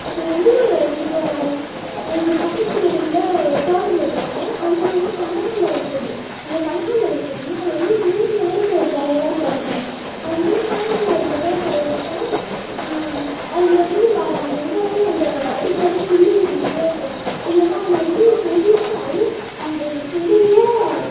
அப்புறம் வந்து இப்போ எங்கள் பக்கத்து வீட்டில் தோட்டம் போட்டு இருக்காங்க அது என்னென்னா கனகாம்பரம் செடி அந்த கனகாம்பரம் செடினால் அது வந்து மூணு நாளைக்கு ஒரு தடவை தான் பறிக்கணும் அதை மூணு நாளைக்கு ஒரு தடவை பறிச்ச அதில் இருந்து வர அந்த இதெல்லாம் நம்ம அடிக்கடி கிள்ளி விட்டுக்கிட்டே இருக்கணும் இல்லைனா அது வந்து பெருசாகி அந்த செடியே